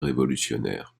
révolutionnaire